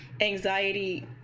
anxiety